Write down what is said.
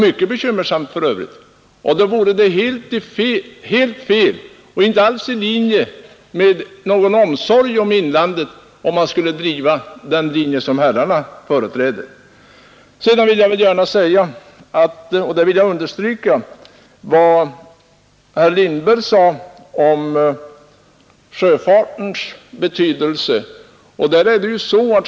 Därför vore det helt felaktigt och inte alls i linje med någon omsorg om inlandet att driva den linje som herrarna företräder. Sedan vill jag också gärna understryka vad herr Lindberg sade om sjöfartens betydelse.